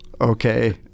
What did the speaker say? okay